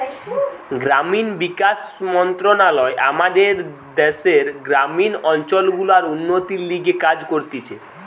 গ্রামীণ বিকাশ মন্ত্রণালয় আমাদের দ্যাশের গ্রামীণ অঞ্চল গুলার উন্নতির লিগে কাজ করতিছে